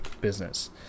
business